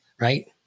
right